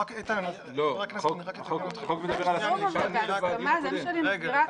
ב"זום", אבל בהסכמה, זה מה שאני מסבירה.